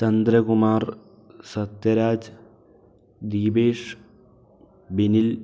Chandrakumar Sathyaraj Deepesh Binil